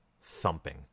thumping